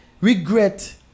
regret